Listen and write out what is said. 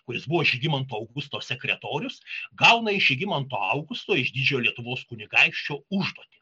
kuris buvo žygimanto augusto sekretorius gauna iš žygimanto augusto iš didžiojo lietuvos kunigaikščio užduotį